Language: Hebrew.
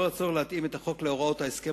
התעורר הצורך להתאים את החוק להוראות ההסכם